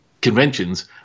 conventions